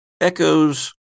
echoes